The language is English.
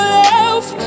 love